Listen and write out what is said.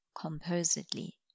composedly